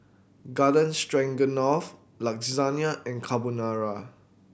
Garden Stroganoff Lasagna and Carbonara